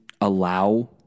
allow